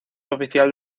oficial